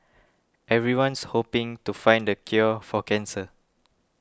everyone's hoping to find the cure for cancer